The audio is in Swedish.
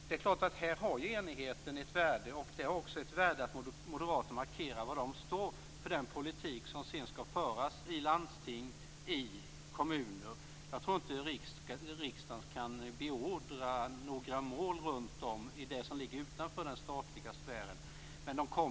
Det är klart att här har enigheten ett värde. Det har också ett värde att Moderaterna markerar var de står i den politik som sedan skall föras i landsting och kommuner. Jag tror inte att riksdagen kan beordra några mål för det som ligger utanför den statliga sfären.